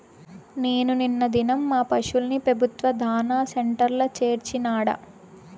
నేను నిన్న దినం మా పశుల్ని పెబుత్వ దాణా సెంటర్ల చేర్చినాడ